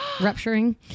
rupturing